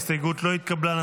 ההסתייגות לא התקבלה.